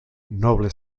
noble